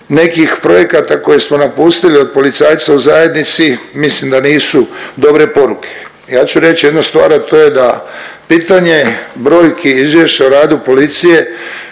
nekih projekata koje smo napustili od policajca u zajednici mislim da nisu dobre poruke. Ja ću reć jednu stvar, a to je da pitanje brojki izvješća o radu policije